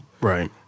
Right